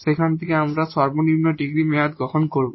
সেখান থেকে আমরা সর্বনিম্ন ডিগ্রী মেয়াদ গ্রহণ করব